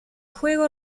juego